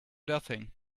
nothing